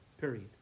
Period